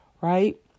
right